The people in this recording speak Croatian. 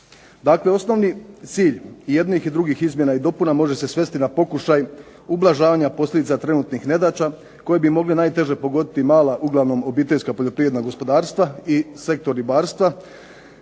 Dakle, osnovni cilj jednih i drugih izmjena i dopuna može se svesti na pokušaj ublažavanja posljedica trenutnih nedaća koje bi mogli najteže pogoditi mala, uglavnom obiteljska, poljoprivredna gospodarstva i sektor ribarstva